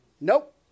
Nope